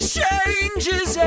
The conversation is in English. changes